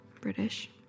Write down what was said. British